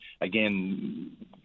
Again